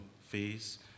fees